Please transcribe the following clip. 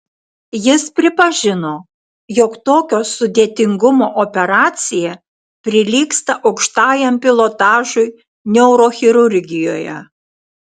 jis pripažino jog tokio sudėtingumo operacija prilygsta aukštajam pilotažui neurochirurgijoje